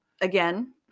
again